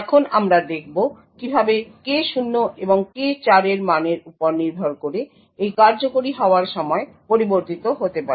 এখন আমরা দেখব কিভাবে K0 এবং K4 এর মানের উপর নির্ভর করে এই কার্যকরি হওয়ার সময় পরিবর্তিত হতে পারে